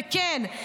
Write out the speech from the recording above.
וכן,